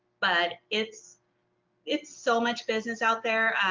but it's it's so much business out there.